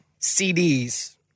CDs